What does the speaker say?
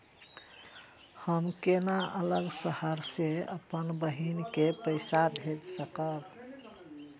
हम केना अलग शहर से अपन बहिन के पैसा भेज सकब?